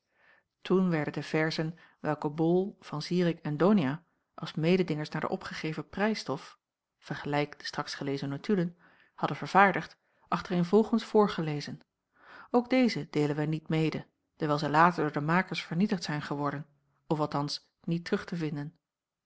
toen werden de verzen welke bol van zirik en donia als mededingers naar de opgegeven prijsstof vergel de straks gelezen notulen hadden vervaardigd achtereenvolgens voorgelezen ook deze deelen wij niet mede dewijl zij later door de makers vernietigd zijn geworden of althans niet terug te vinden